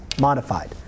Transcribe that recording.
modified